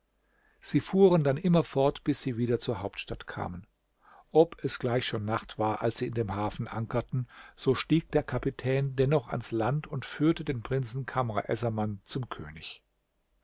sie fuhren dann immerfort bis sie wieder zur hauptstadt kamen ob es gleich schon nacht war als sie in dem hafen ankerten so stieg der kapitän dennoch ans land und führte den prinzen kamr essaman zum könig